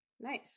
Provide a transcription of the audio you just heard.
Nice